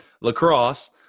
lacrosse